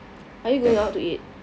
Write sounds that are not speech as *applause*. *noise*